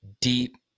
deep